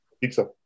Pizza